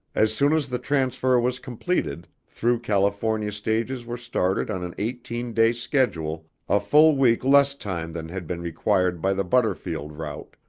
as soon as the transfer was completed, through california stages were started on an eighteen day schedule a full week less time than had been required by the butterfield route,